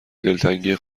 دلتنگی